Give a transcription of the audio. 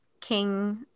king